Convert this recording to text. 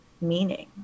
meaning